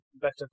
better